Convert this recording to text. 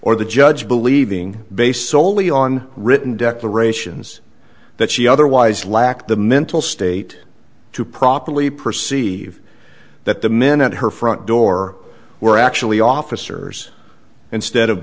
or the judge believing based soley on written declarations that she otherwise lack the mental state to properly perceive that the men at her front door were actually officers instead of